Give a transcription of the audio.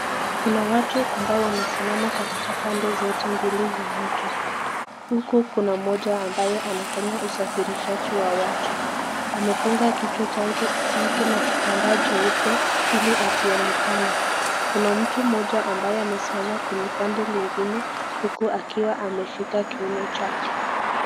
Kuna watu ambao wamesimama katika pande zote mbili za mto. Huku kuna mmoja ambaye anafanya usafirishaji wa watu. Amefunga kichwa chake na kitambaa cheupe ili asionekane. Kuna mtu mmoja ambaye amesimama kwenye pande lingine huku akiwa ameshika kiuno chake.